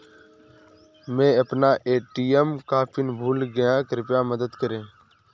मै अपना ए.टी.एम का पिन भूल गया कृपया मदद करें